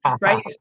Right